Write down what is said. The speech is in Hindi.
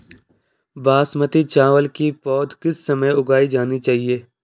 बासमती चावल की पौध किस समय उगाई जानी चाहिये?